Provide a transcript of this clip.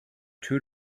two